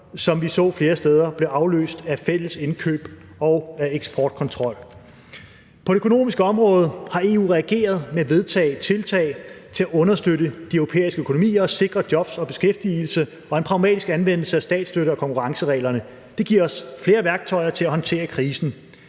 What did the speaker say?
som vi så flere steder, blev afløst af fælles indkøb og eksportkontrol. På det økonomiske område har EU reageret ved at vedtage tiltag til at understøtte de europæiske økonomier og sikre job og beskæftigelse og en pragmatisk anvendelse af statsstøtte- og konkurrencereglerne. Det giver os flere værktøjer til at håndtere krisen.